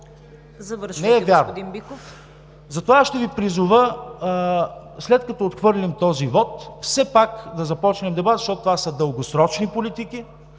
ТОМА БИКОВ: Затова аз ще Ви призова, след като отхвърлим този вот, все пак да започнем дебат, защото това са дългосрочни политики.